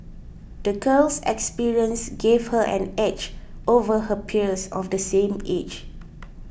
the girl's experiences gave her an edge over her peers of the same age